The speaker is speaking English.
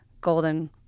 golden